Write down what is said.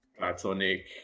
Platonic